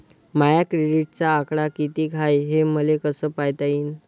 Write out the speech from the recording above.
माया क्रेडिटचा आकडा कितीक हाय हे मले कस पायता येईन?